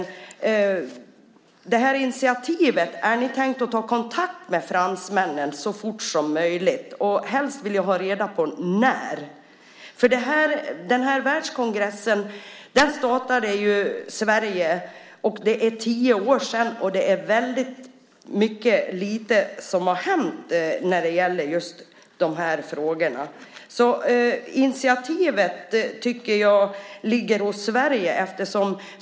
När det gäller det här initiativet, har ni tänkt att ta kontakt med fransmännen så fort som möjligt? Helst vill jag ha reda på när. Sverige startade världskongressen. Det är tio år sedan, och det är mycket lite som har hänt när det gäller just de här frågorna. Initiativet tycker jag ligger hos Sverige.